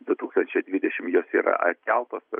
du tūkstančiai dvidešim jos yra atkeltos ir